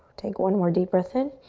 take one more deep breath in.